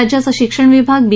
राज्याचा शिक्षण विभाग बी